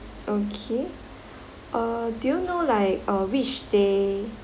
okay uh do you know like uh which day